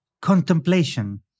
contemplation